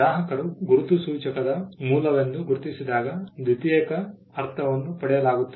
ಗ್ರಾಹಕರು ಗುರುತು ಸೂಚಕದ ಮೂಲವೆಂದು ಗುರುತಿಸಿದಾಗ ದ್ವಿತೀಯಕ ಅರ್ಥವನ್ನು ಪಡೆಯಲಾಗುತ್ತದೆ